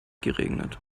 geregnet